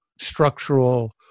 structural